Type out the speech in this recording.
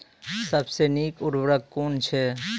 सबसे नीक उर्वरक कून अछि?